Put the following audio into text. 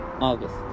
August